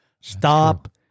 Stop